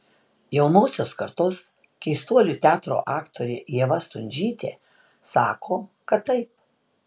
jaunosios kartos keistuolių teatro aktorė ieva stundžytė sako kad taip